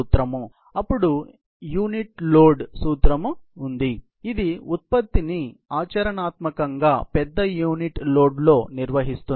అప్పుడు unit load సూత్రం ఉంది ఇది ఉత్పత్తిని ఆచరణాత్మకంగా పెద్ద యూనిట్ లోడ్లో నిర్వహిస్తుంది